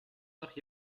doch